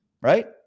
right